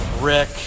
Rick